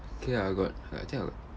okay ah I got I think I got